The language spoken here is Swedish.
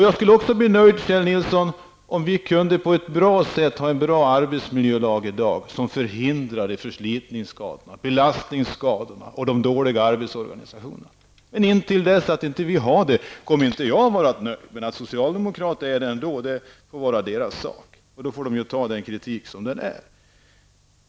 Jag skulle också bli nöjd, Kjell Nilsson, om vi kunde få en bra arbetsmiljölag i dag som förhindrar förslitningsskador, belastningsskador och de dåliga arbetsorganisationerna. Så länge vi inte har fått det kommer inte jag att vara nöjd. Att socialdemokraterna är det får vara deras sak, och då får de acceptera den kritik som förs mot dem.